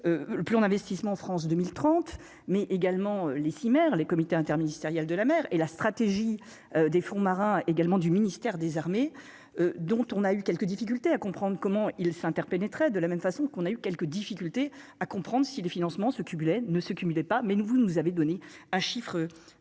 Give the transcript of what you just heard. le plan d'investissement France 2030, mais également les 6 maires les comité interministériel de la mer et la stratégie des fonds marins également du ministère des Armées dont on a eu quelques difficultés à comprendre comment il s'interpénétrer, de la même façon qu'on a eu quelques difficultés à comprendre si les financements se cumulaient ne se cumulait pas mais nous, vous nous avez donné un chiffre,